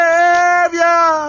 Savior